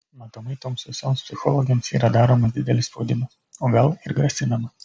matomai toms visoms psichologėms yra daromas didelis spaudimas o gal ir grasinama